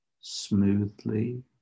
smoothly